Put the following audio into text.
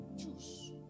Choose